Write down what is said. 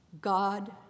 God